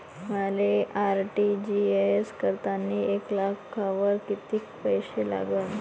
मले आर.टी.जी.एस करतांनी एक लाखावर कितीक पैसे लागन?